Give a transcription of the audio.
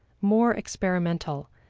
more experimental,